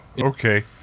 okay